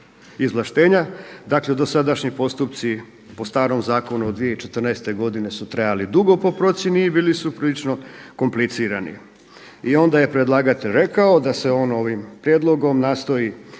izvlaštenja, dakle dosadašnji postupci po starom zakonu od 2014. godine su trajali dugo po procjeni i bili su prilično komplicirani. I onda je predlagatelj rekao da se on ovim prijedlogom nastoji